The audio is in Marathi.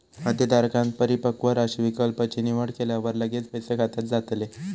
खातेधारकांन परिपक्व राशी विकल्प ची निवड केल्यावर लगेच पैसे खात्यात जातले